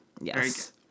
yes